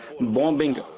bombing